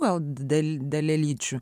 gal dal dalelyčių